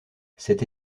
cette